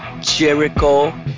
Jericho